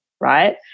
right